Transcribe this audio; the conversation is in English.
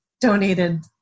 donated